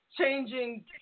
changing